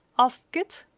asked kit.